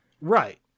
Right